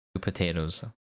Potatoes